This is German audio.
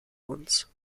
uns